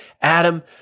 Adam